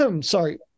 Sorry